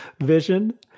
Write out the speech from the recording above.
vision